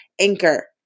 Anchor